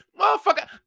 Motherfucker